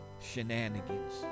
shenanigans